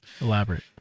Elaborate